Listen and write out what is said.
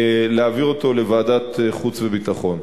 להעביר אותו לוועדת החוץ והביטחון.